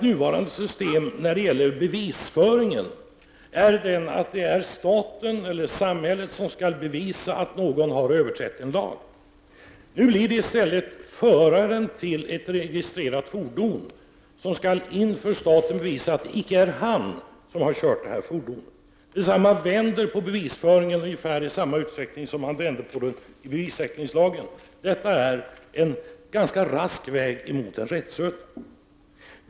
Nuvarande system när det gäller bevisföringen är dessutom sådant att det är staten eller samhället som skall bevisa att någon har överträtt en lag. Nu blir det i stället föraren till ett registrerat fordon som inför staten skall bevisa att det icke är han som har kört detta fordon. Man vänder alltså på bevisföringen i ungefär samma utsträckning som man vände på den i bevissäkringslagen. Detta är en ganska rask väg mot en rättsröta.